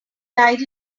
died